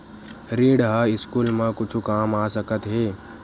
ऋण ह स्कूल मा कुछु काम आ सकत हे?